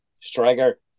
striker